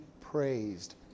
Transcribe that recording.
praised